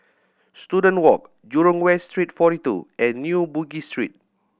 Student Walk Jurong West Street Forty Two and New Bugis Street